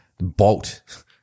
Bolt